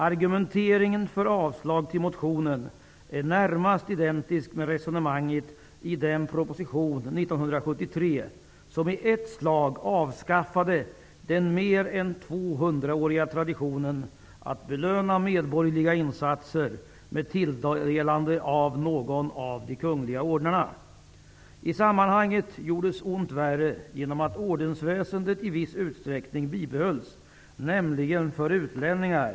Argumenteringen för avslag på motionen är närmast identisk med resonemanget i den proposition från 1973 som i ett slag avskaffade den mer än 200-åriga traditionen att belöna medborgerliga insatser med tilldelande av någon av de kungliga ordnarna. I sammanhanget gjordes ont värre genom att ordensväsendet i viss utsträckning bibehölls, nämligen för utlänningar.